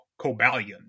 Cobalion